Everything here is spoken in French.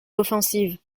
l’offensive